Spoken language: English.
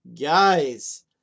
Guys